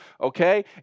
Okay